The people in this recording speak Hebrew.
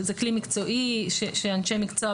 זה כלי מקצועי שאנשי מקצוע,